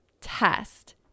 test